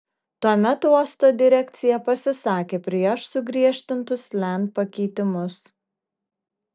tuomet uosto direkcija pasisakė prieš sugriežtintus land pakeitimus